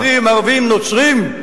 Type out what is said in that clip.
יהודים-ערבים-נוצרים,